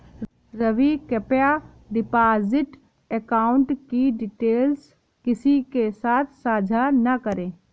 रवि, कृप्या deposit account की details किसी के साथ सांझा न करें